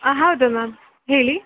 ಹಾಂ ಹೌದು ಮ್ಯಾಮ್ ಹೇಳಿ